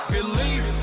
Believe